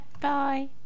bye